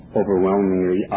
overwhelmingly